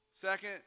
Second